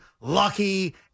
Lucky